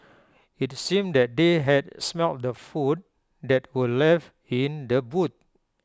IT seemed that they had smelt the food that were left in the boot